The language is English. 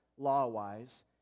law-wise